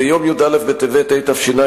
ביום י"א בטבת התש"ע,